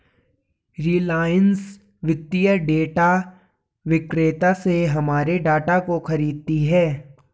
रिलायंस वित्तीय डेटा विक्रेता से हमारे डाटा को खरीदती है